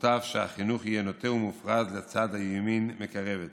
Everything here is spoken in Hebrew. מוטב שהחינוך יהיה נוטה ומופרז לצד הימין מקרבת